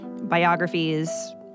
biographies